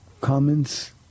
comments